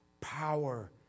power